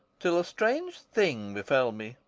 till a strange thing befell me,